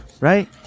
right